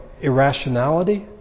irrationality